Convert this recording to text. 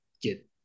get